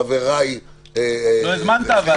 חבריי --- אבל לא הזמנת.